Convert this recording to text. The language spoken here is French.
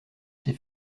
s’est